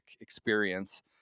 experience